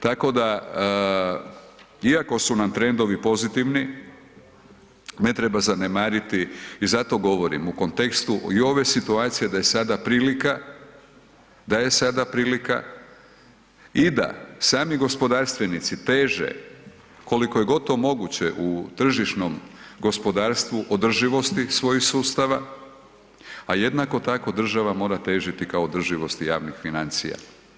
Tako da, iako su nam trendovi pozitivni ne treba zanemariti i zato govorim u kontekstu i ove situacije da je sada prilika, da je sada prilika i da sami gospodarstvenici teže koliko je god to moguće u tržišnom gospodarstvu održivosti svojih sustava a jednako tako država mora težiti ka održivosti javnih financija.